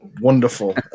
wonderful